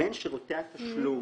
בין שירותי התשלום